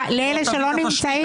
לאלה שלא נמצאים?